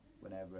whenever